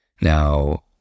Now